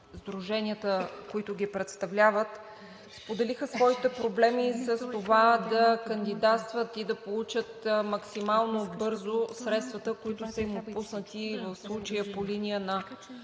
сдруженията, които ги представляват, споделиха своите проблеми с това да кандидатстват и да получат максимално бързо средствата, които са им отпуснати, в случая по линия на